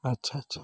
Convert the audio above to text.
আচ্ছা আচ্ছা